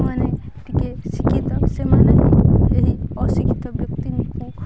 ମାନେ ଟିକେ ଶିକ୍ଷିତ ସେମାନେ ହିଁ ଏହି ଅଶିକ୍ଷିତ ବ୍ୟକ୍ତିକୁ